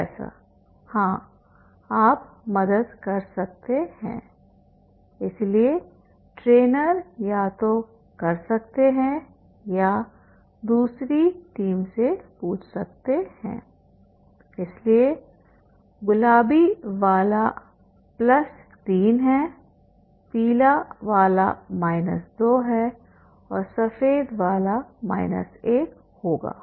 professor हाँ आप मदद कर सकते हैं इसलिए ट्रेनर या तो कर सकते हैं या दूसरी टीम से पूछ सकते हैं इसलिए गुलाबी वाला प्लस 3 है पीला वाला माइनस 2 है और सफेद वाला माइनस 1 होगा